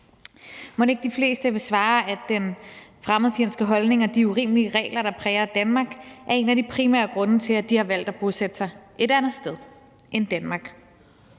er. Mon ikke de fleste vil svare, at den fremmedfjendske holdning og de urimelige regler, der præger Danmark, er en af de primære grunde til, at de har valgt at bosætte sig et andet sted end Danmark?